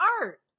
Art